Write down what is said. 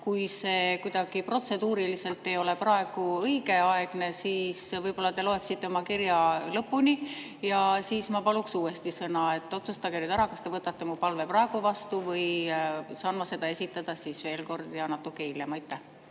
kui see kuidagi protseduuriliselt ei ole praegu õigeaegne, siis võib-olla te loeksite oma kirja lõpuni ja siis ma paluks uuesti sõna. Otsustage nüüd ära, kas te võtate mu palve praegu vastu või saan ma selle esitada veel kord, aga natuke hiljem.